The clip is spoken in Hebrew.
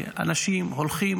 שאנשים הולכים,